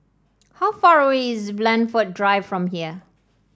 how far away is Blandford Drive from here